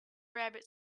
rabbit